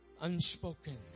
Unspoken